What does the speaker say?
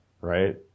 right